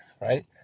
Right